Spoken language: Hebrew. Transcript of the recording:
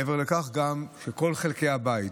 מעבר לכך, גם כל חלקי הבית